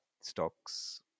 stocks